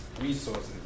resources